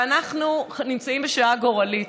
ואנחנו נמצאים בשעה גורלית.